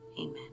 Amen